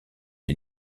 les